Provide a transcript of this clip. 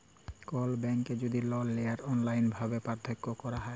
call ব্যাংকে যদি লল লিয়ার অললাইল ভাবে পার্থলা ক্যরা হ্যয়